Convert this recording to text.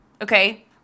okay